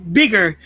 bigger